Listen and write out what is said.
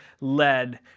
led